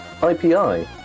IPI